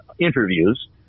interviews